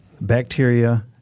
bacteria